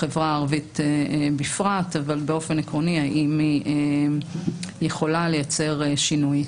בחברה הערבית בפרט אבל באופן עקרוני האם היא יכולה לייצר שינוי.